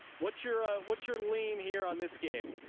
what's your, what's your lean here on this game,